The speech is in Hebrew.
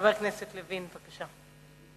חבר הכנסת לוין, בבקשה.